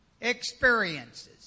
experiences